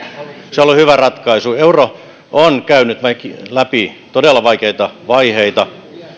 se on ollut hyvä ratkaisu euro on käynyt läpi todella vaikeita vaiheita